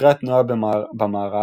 חוקרי התנועה במערב